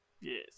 Yes